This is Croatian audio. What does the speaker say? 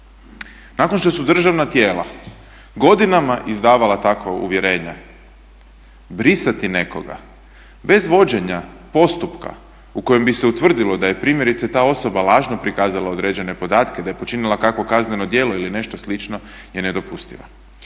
Nakon što su državna tijela godinama izdavala takva uvjerenja, brisati nekoga bez vođenja postupka u kojem bi se utvrdilo da je primjerice ta osoba lažno prikazala određene podatka, da je počinila kakvo kazneno djelo ili nešto slično je nedopustiva.